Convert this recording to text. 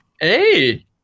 hey